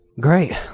Great